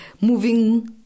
moving